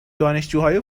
دانشجوهای